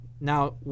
Now